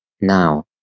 Now